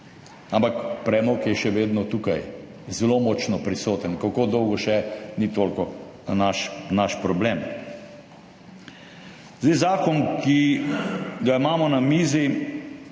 ampak premog je še vedno tukaj, zelo močno prisoten. Kako dolgo še, ni toliko naš problem. Zakon, ki ga imamo na mizi,